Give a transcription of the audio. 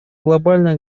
глобальное